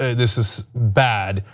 this is bad,